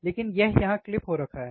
लेकिन यह यहाँ क्लिप हो रखा है